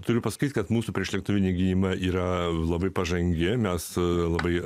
turiu pasakyti kad mūsų priešlėktuvinė gynyba yra labai pažangi mes labai